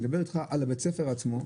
אני מדבר איתך על הבית ספר עצמו,